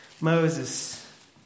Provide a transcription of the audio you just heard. Moses